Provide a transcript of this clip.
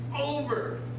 over